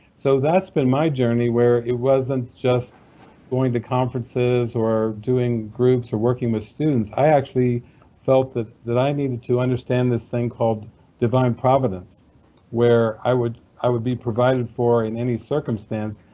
so that's been my journey, where it wasn't just going to conferences or doing groups or working with students. i actually felt that that i needed to understand this thing called divine providence where i would i would be provided for in any circumstance.